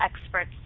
experts